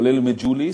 כולל מג'וליס.